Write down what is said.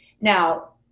Now